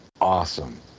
awesome